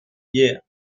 hier